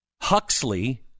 huxley